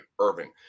Irving